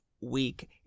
week